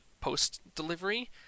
post-delivery